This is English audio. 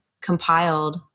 compiled